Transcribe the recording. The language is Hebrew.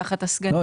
תחת הסגנים --- לא,